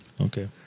Okay